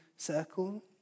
circle